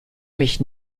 mich